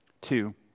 Two